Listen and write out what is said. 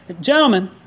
Gentlemen